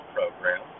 Program